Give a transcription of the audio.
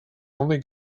only